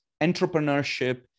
Entrepreneurship